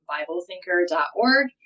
BibleThinker.org